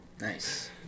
Nice